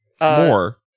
More